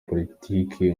politiki